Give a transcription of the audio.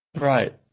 Right